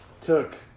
took